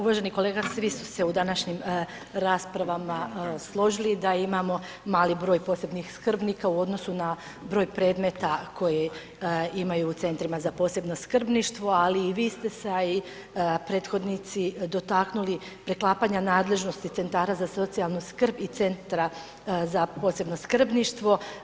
Uvaženi kolega svi su se u današnjim raspravama složili da imamo mali broj posebnih skrbnika u odnosu na broj predmeta koje imaju u Centrima za posebno skrbništvo, ali i vi ste se, a i prethodnici dotaknuli preklapanja nadležnosti centara za socijalnu skrb i Centra za posebno skrbništvo.